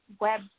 web